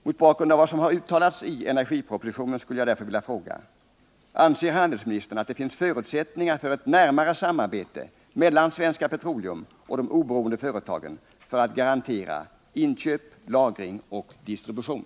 Mot bakgrund av vad som har uttalats i energipropositionen skulle jag därför vilja fråga: Anser handelsministern att det finns förutsättningar för ett närmare samarbete mellan Svenska Petroleum och de oberoende företagen för att garantera inköp, lagring och distribution?